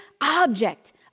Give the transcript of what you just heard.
object